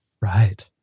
Right